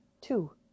Two